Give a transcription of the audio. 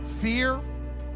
fear